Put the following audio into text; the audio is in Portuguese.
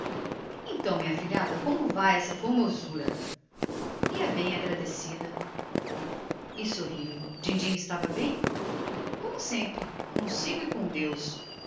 então minha afilhada como vai essa bizarria ia bem agradecida sorriu dindinho está bom como sempre que notícias de